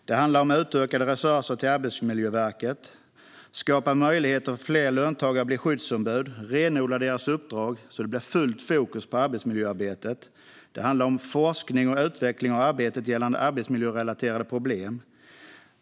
Det handlar om utökade resurser till Arbetsmiljöverket. Det handlar om att skapa möjligheter för fler löntagare att bli skyddsombud och renodla deras uppdrag så att det blir fullt fokus på arbetsmiljöarbetet. Det handlar om forskning och utveckling av arbetet gällande arbetsmiljörelaterade problem.